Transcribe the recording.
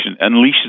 unleashes